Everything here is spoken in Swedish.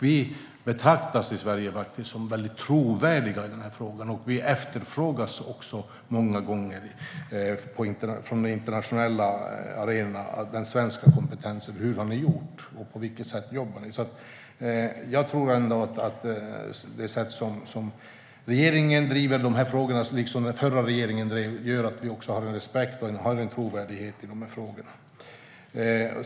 Vi i Sverige betraktas som väldigt trovärdiga i denna fråga, och den svenska kompetensen - hur vi har gjort och på vilket sätt vi jobbar - efterfrågas många gånger på den internationella arenan. Jag tror ändå att det sätt som regeringen driver de här frågorna på, liksom den förra regeringen gjorde, gör att vi får respekt och har en trovärdighet i de här frågorna.